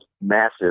massive